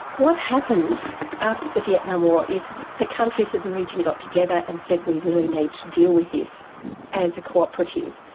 what happened after the vietnam war is the countries of the region got together and said, we really need to with this as a co-operative,